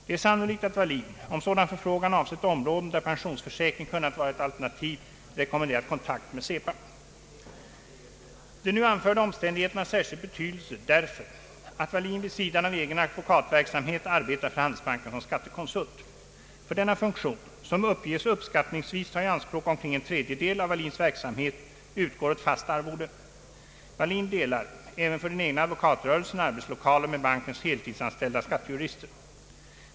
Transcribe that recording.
Det är sannolikt, att Wallin — om sådan förfrågan avsett områden, där pensions försäkring kunnat vara ett alternativ — rekommenderat kontakt med Cepa. De nu anförda omständigheterna har särskild betydelse därför, att Wallin vid sidan av egen advokatverksamhet arbetar för Handelsbanken som skattekonsult. För denna funktion — som uppges uppskattningsvis ta i anspråk omkring en tredjedel av Wallins verksamhet — utgår ett fast arvode. Wallin delar — även för den egna advokatrörelsen — arbetslokaler med bankens heltidsanställda skattejurister.